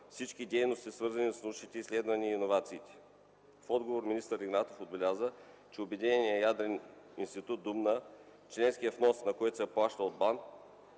всички дейности свързани с научните изследвания и иновациите? В отговор министър Игнатов отбеляза, че Обединеният ядрен институт в Дубна, членският внос на който се плаща от БАН,